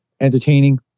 entertaining